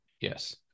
Yes